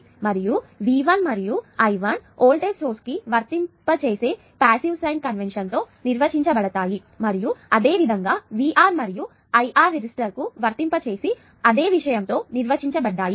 కాబట్టి V 1 మరియు I 1 voltage source కు వర్తించే పాసివ్ సైన్ కన్వెన్షన్ తో నిర్వచించబడ్డాయి మరియు అదేవిధంగా VR మరియు I R రిజిస్టర్కు వర్తింప చేసే అదే విషయంతో నిర్వచించబడ్డాయి